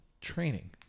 training